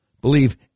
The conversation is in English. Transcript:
believe